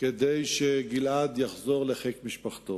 כדי שגלעד יחזור לחיק משפחתו.